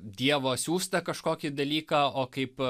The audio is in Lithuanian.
dievo siųstą kažkokį dalyką o kaip